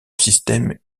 système